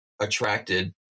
attracted